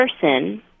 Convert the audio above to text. person